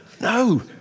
No